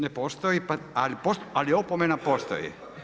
Ne postoji, ali opomena postoji.